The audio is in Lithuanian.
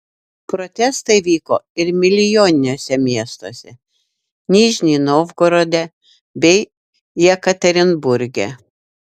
protestai vyko ir milijoniniuose miestuose nižnij novgorode bei jekaterinburge